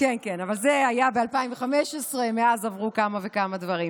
היה ב-2015, מאז עברו כמה וכמה דברים.